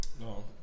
No